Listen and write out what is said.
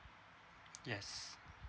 yes